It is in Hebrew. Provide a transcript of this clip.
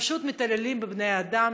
פשוט מתעללים בבני אדם,